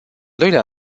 doilea